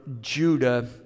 Judah